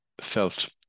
felt